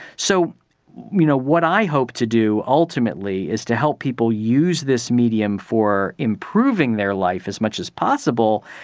so you know what i hope to do ultimately is to help people use this medium for improving their life as much as possible,